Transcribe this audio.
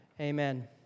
Amen